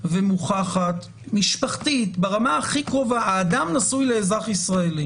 ומוכחת משפחתית ברמה הכי קרובה האדם נשוי לאזרח ישראלי